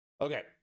Okay